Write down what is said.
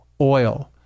oil